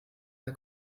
der